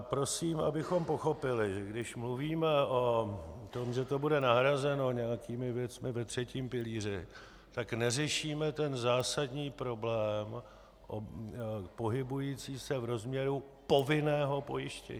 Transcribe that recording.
Prosím, abychom pochopili, když mluvíme o tom, že to bude nahrazeno nějakými věcmi ve třetím pilíři, tak neřešíme ten zásadní problém pohybující se v rozměru povinného pojištění.